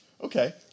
Okay